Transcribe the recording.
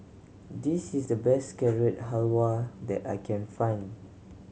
this is the best Carrot Halwa that I can find